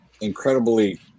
incredibly